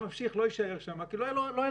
הממשיך לא יישאר שם שכן לא תהיה לו פרנסה.